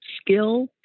skill